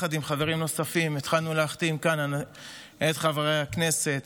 יחד עם חברים נוספים התחלנו להחתים כאן את חברי הכנסת